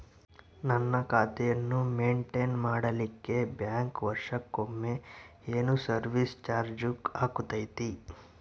ನನ್ನ ಖಾತೆಯನ್ನು ಮೆಂಟೇನ್ ಮಾಡಿಲಿಕ್ಕೆ ಬ್ಯಾಂಕ್ ವರ್ಷಕೊಮ್ಮೆ ಏನು ಸರ್ವೇಸ್ ಚಾರ್ಜು ಹಾಕತೈತಿ?